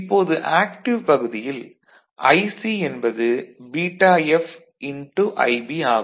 இப்போது ஆக்டிவ் பகுதியில் IC என்பது βF IB ஆகும்